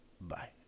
Bye